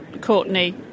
Courtney